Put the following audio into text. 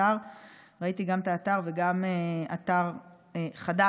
וראיתי גם את האתר וגם אתר חדש,